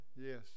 Yes